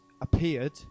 appeared